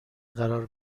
قرار